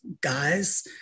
guys